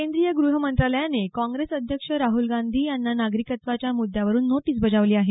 केंद्रीय ग्रहमंत्रालयाने काँग्रेस अध्यक्ष राहुल गांधी यांना नागरिकत्वाच्या मुद्द्यावरुन नोटीस बजावली आहे